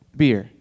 beer